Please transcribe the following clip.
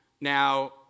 now